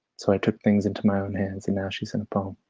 so i took things in to my own hands and she's in a poem.